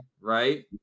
right